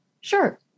sure